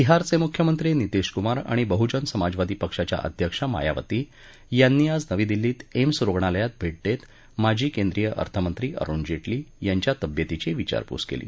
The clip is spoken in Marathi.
बिहारचे मुख्यमंत्री नितिशकुमार आणि बहुजन समाजवादी पक्षाच्या अध्यक्ष मायावती यांनी आज नवी दिल्लीत एम्स रुगणालयात भेट देत माजी केंद्रीय अर्थमंत्री अरुण जेटली यांच्या तब्येतीची विचारपूस केली